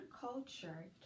culture